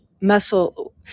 muscle